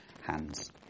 hands